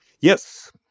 Yes